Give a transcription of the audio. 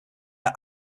are